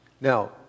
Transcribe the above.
now